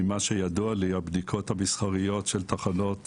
ממה שידוע לי, הבדיקות המסחריות של תחנות